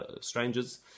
strangers